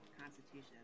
Constitution